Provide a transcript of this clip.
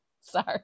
sorry